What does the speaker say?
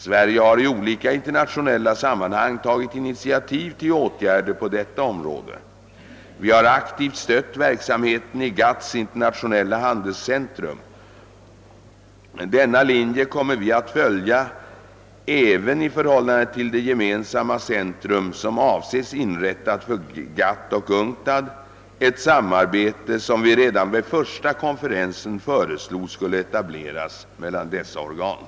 Sverige har i olika internationella sammanhang tagit initiativ till åtgärder på detta område. Vi har aktivt stött verksamheten i GATT:s internationella handelscentrum. Denna linje kommer vi att följa även i förhållande till det gemensamma centrum som avses inrättas för GATT och UNCTAD — ett samarbete som vi redan vid första konferensen föreslog skulle etableras mellan dessa två organ.